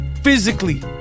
Physically